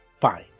Fine